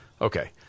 Okay